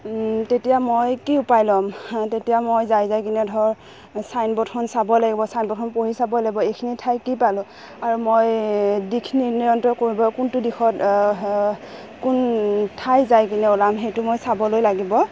তেতিয়া মই কি উপায় ল'ম তেতিয়া মই যাই যাই কিনে ধৰ চাইন বৰ্ডখন চাব লাগিব চাইন বৰ্ডখন পঢ়ি চাব লাগিব এইখিনি ঠাই কি পালোঁ আৰু মই দিশ নিয়ন্ত্ৰণ কৰিব কোনটো দিশত কোন ঠাই যাই কিনে ওলাম সেইটো মই চাবলৈ লাগিব